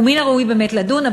ומן הראוי באמת לדון.